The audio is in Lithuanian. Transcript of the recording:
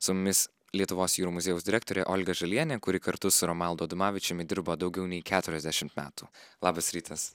su mumis lietuvos jūrų muziejaus direktorė olga žalienė kuri kartu su romaldu adomavičiumi dirba daugiau nei keturiasdešimt metų labas rytas